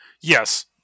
Yes